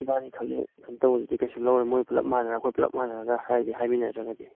ꯏꯕꯥꯟꯅꯤꯈꯛꯅ ꯁꯨꯝ ꯇꯧꯕꯗꯨꯗꯤ ꯀꯩꯁꯨ ꯂꯧꯔꯣꯏ ꯃꯣꯏ ꯄꯨꯂꯞ ꯃꯥꯟꯅꯔꯒ ꯑꯩꯈꯣꯏ ꯄꯨꯂꯞ ꯃꯥꯟꯅꯔꯒ ꯍꯥꯏꯃꯤꯟꯅꯗ꯭ꯔꯒꯗꯤ